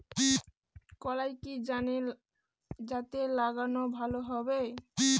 কলাই কি জাতে লাগালে ভালো হবে?